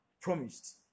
promised